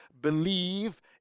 believe